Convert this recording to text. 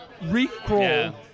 recrawl